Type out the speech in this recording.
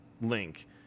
link